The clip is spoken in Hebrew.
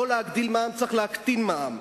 לא צריך להגדיל מע"מ, צריך להקטין מע"מ.